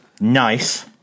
Nice